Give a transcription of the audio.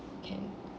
okay